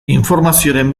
informazioren